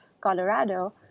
Colorado